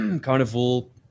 Carnival